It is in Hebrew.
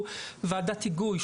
איזה שהוא ועדת היגוי,